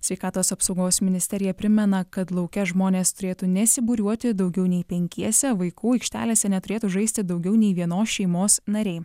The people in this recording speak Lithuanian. sveikatos apsaugos ministerija primena kad lauke žmonės turėtų nesibūriuoti daugiau nei penkiese vaikų aikštelėse neturėtų žaisti daugiau nei vienos šeimos nariai